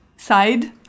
side